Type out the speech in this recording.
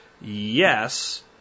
Yes